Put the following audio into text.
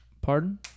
Pardon